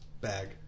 bag